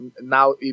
now